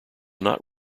not